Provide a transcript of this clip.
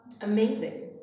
amazing